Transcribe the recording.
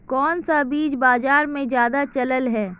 कोन सा बीज बाजार में ज्यादा चलल है?